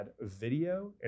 video